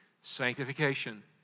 Sanctification